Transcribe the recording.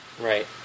Right